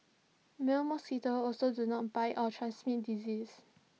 male mosquitoes also do not bite or transmit disease